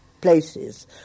places